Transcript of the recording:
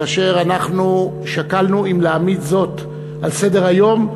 כאשר אנחנו שקלנו אם להעמיד זאת על סדר-היום,